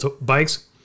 bikes